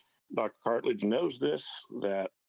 but cartlidge knows this, that